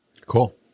Cool